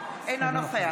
אינו נוכח